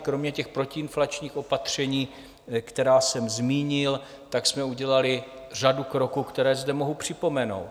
Kromě protiinflačních opatření, která jsem zmínil, jsme udělali řadu kroků, které zde mohu připomenout.